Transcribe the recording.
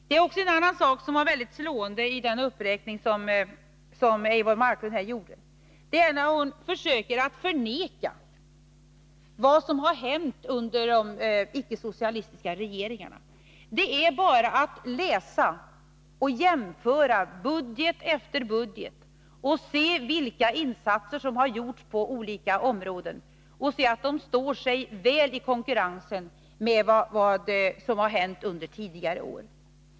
Det fanns också en annan sak i den uppräkning som Eivor Marklund gjorde som var mycket slående, nämligen att hon försökte förneka vad som har hänt under de icke-socialistiska regeringarna. Det är bara att läsa och jämföra budget efter budget och se vilka insatser som har gjorts på olika områden. Då finner man att de står sig väl i konkurrensen med vad som har hänt under tidigare år.